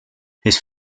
his